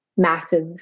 massive